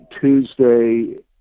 Tuesday